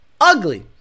ugly